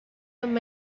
varios